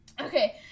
okay